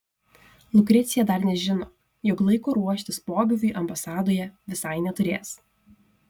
lukrecija dar nežino jog laiko ruoštis pobūviui ambasadoje visai neturės